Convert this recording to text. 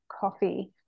coffee